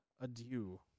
adieu